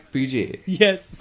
Yes